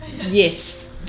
yes